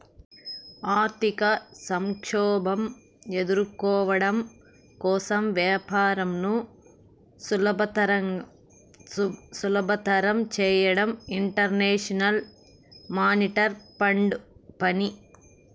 ఆర్థిక సంక్షోభం ఎదుర్కోవడం కోసం వ్యాపారంను సులభతరం చేయడం ఇంటర్నేషనల్ మానిటరీ ఫండ్ పని